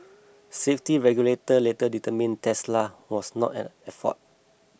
safety regulators later determined Tesla was not at fault